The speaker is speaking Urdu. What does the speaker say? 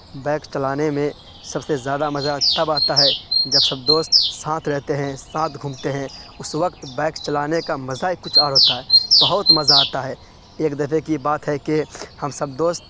بائک چلانے میں سب سے زیادہ مزہ تب آتا ہے جب سب دوست سانتھ رہتے ہیں ساتھ گھومتے ہیں اس وقت بائک چلانے کا مزہ ہی کچھ اور ہوتا ہے بہت مزہ آتا ہے ایک دفعہ کی بات ہے کہ ہم سب دوست